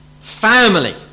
family